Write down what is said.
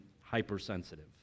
hypersensitive